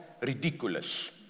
ridiculous